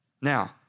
Now